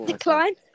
decline